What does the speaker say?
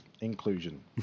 inclusion